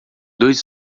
dois